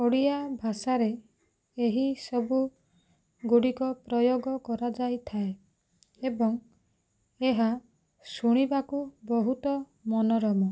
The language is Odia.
ଓଡ଼ିଆ ଭାଷାରେ ଏହି ସବୁ ଗୁଡ଼ିକ ପ୍ରୟୋଗ କରାଯାଇଥାଏ ଏବଂ ଏହା ଶୁଣିବାକୁ ବହୁତ ମନରମ